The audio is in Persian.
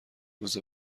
روز